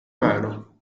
mano